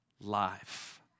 life